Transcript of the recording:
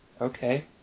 okay